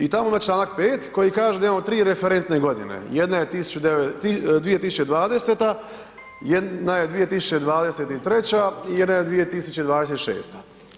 I tamo ima članak 5. koji kaže da imamo tri referentne godine, jedna je 2020., jedna je 2023. i jedna je 2026.